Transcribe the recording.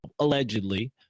allegedly